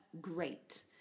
great